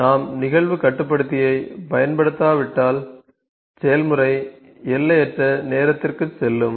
நாம் நிகழ்வு கட்டுப்படுத்தியைப் பயன்படுத்தாவிட்டால் செயல்முறை எல்லையற்ற நேரத்திற்கு செல்லும்